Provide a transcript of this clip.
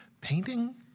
painting